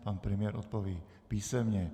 Pan premiér odpoví písemně.